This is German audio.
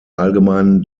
allgemeinen